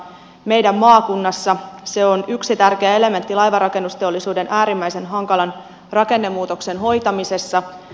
meidän maakunnassa se on yksi tärkeä elementti laivanrakennusteollisuuden äärimmäisen hankalan rakennemuutoksen hoitamisessa